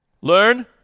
learn